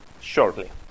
shortly